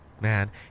Man